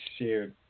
shared